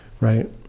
Right